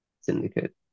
syndicate